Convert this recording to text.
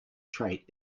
trait